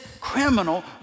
criminal